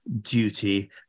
duty